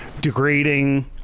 degrading